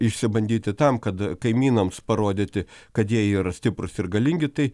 išsibandyti tam kad kaimynams parodyti kad jie yra stiprūs ir galingi tai